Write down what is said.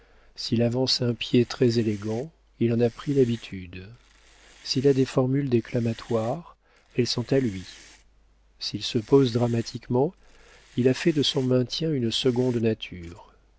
s'il avance un pied très élégant il en a pris l'habitude s'il a des formules déclamatoires elles sont à lui s'il se pose dramatiquement il a fait de son maintien une seconde nature